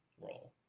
role